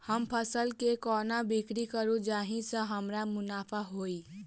हम फसल केँ कोना बिक्री करू जाहि सँ हमरा मुनाफा होइ?